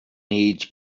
needs